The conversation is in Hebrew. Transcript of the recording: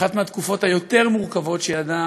באחת מהתקופות היותר-מורכבות שידע